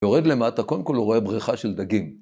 יורד למטה קודם כל הוא רואה בריכה של דגים.